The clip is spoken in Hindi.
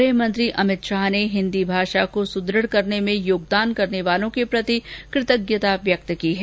गृहमंत्री अमित शाह ने हिन्दी भाषा को सुदृढ़ करने में योगदान करने वालों के प्रति कृतज्ञता व्यक्त की है